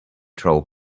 troll